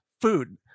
food